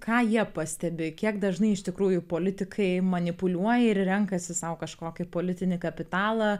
ką jie pastebi kiek dažnai iš tikrųjų politikai manipuliuoja ir renkasi sau kažkokį politinį kapitalą